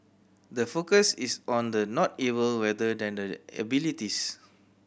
the focus is on the not able rather than the abilities